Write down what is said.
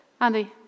Andy